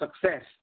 success